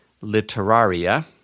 Literaria